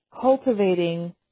cultivating